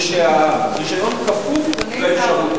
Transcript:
ושהרשיון כפוף לאפשרות,